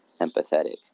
empathetic